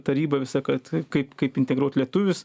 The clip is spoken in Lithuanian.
taryba visa kad kaip kaip integruot lietuvius